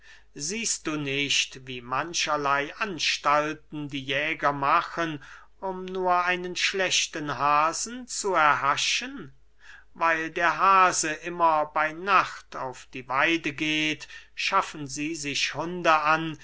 siehst du nicht wie mancherley anstalten die jäger machen um nur einen schlechten hasen zu erhaschen weil der hase immer bey nacht auf die weide geht schaffen sie sich hunde an